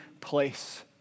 place